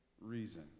reason